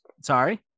sorry